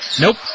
Nope